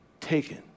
taken